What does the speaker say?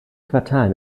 quartal